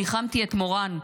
ניחמתי את מורן,